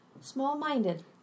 Small-minded